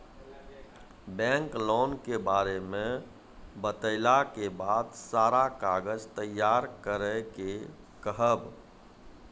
Bank loan के बारे मे बतेला के बाद सारा कागज तैयार करे के कहब?